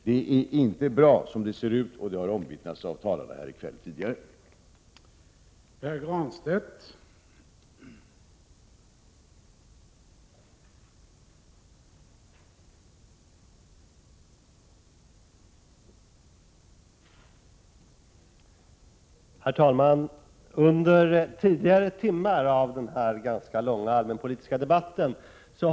Det är inte bra som det ser ut, vilket har omvittnats av talarna tidigare i kväll.